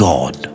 God